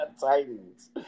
Titans